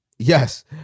Yes